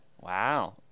wow